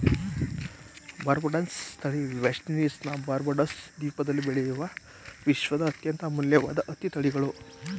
ಬಾರ್ಬಡನ್ಸ್ ತಳಿ ವೆಸ್ಟ್ ಇಂಡೀಸ್ನ ಬಾರ್ಬಡೋಸ್ ದ್ವೀಪದಲ್ಲಿ ಬೆಳೆಯುವ ವಿಶ್ವದ ಅತ್ಯಂತ ಅಮೂಲ್ಯವಾದ ಹತ್ತಿ ತಳಿಗಳು